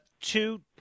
two